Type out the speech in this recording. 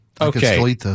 Okay